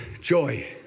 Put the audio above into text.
joy